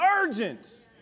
urgent